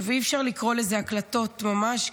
אי-אפשר לקרוא לזה הקלטות ממש,